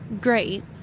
great